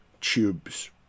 tubes